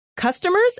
Customers